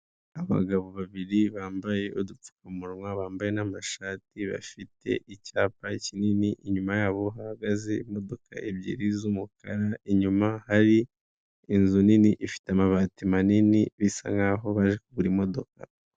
Abagabo babiri bambaye udupfukamunwa bambaye n'amashati bafite icyapa kinini inyuma yabo bahagaze imodoka ebyiri z'umukara inyuma hari inzu nini ifite amabati manini bisa nk'aho baje kugura imodoka.